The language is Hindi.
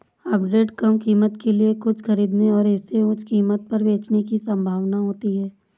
आर्बिट्रेज कम कीमत के लिए कुछ खरीदने और इसे उच्च कीमत पर बेचने की संभावना होती है